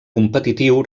competitiu